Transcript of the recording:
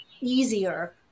easier